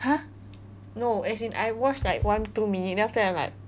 !huh! no as in I watched like one two minute then after that I'm like